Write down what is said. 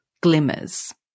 glimmers